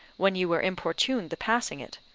when ye were importuned the passing it,